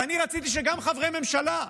ואני רציתי שגם חברי ממשלה,